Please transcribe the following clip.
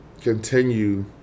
Continue